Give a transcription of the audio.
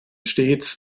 stets